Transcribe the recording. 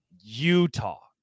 Utah